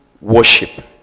worship